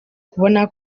kubona